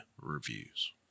Reviews